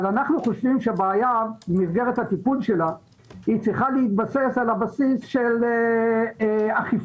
אבל הטיפול בבעיה צריך להיות על בסיס של אכיפה.